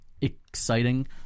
exciting